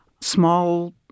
small